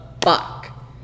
fuck